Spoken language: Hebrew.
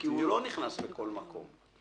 כי הוא לא ניכנס לכל מקום.